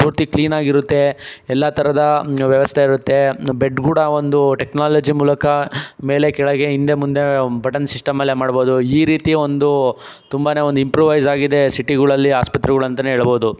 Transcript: ಪೂರ್ತಿ ಕ್ಲೀನಾಗಿರುತ್ತೆ ಎಲ್ಲ ಥರದ ವ್ಯವಸ್ಥೆ ಇರುತ್ತೆ ಬೆಡ್ ಕೂಡ ಒಂದು ಟೆಕ್ನಾಲಜಿ ಮೂಲಕ ಮೇಲೆ ಕೆಳಗೆ ಹಿಂದೆ ಮುಂದೆ ಬಟನ್ ಸಿಸ್ಟಮಲ್ಲೇ ಮಾಡ್ಬೋದು ಈ ರೀತಿಯ ಒಂದು ತುಂಬನೇ ಒಂದು ಇಂಪ್ರೂವೈಸ್ ಆಗಿದೆ ಸಿಟಿಗಳಲ್ಲಿ ಆಸ್ಪತ್ರೆಗಳು ಅಂತಲೇ ಹೇಳ್ಬೋದು